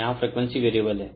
यहाँ frequency variable है